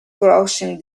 crossing